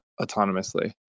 autonomously